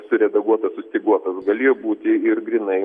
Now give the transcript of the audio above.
suredaguotas sustyguotas galėjo būti ir grynai